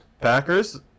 Packers